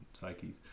psyches